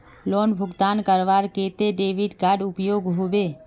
Loan भुगतान करवार केते डेबिट कार्ड उपयोग होबे?